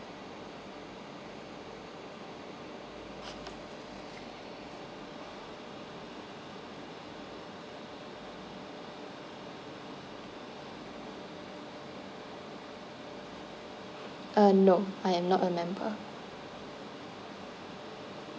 uh no I am not a member